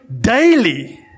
daily